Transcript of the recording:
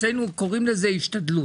אצלנו קוראים לזה השתדלות.